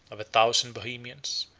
of a thousand bohemians,